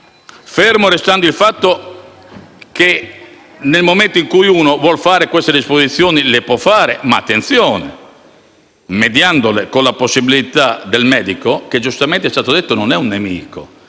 fermo restando il fatto che, nel momento in cui uno vuol fare quelle disposizioni, può farle, ma - attenzione! - mediandole con il medico, che - come giustamente è stato detto - non è un nemico.